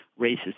racist